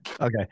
Okay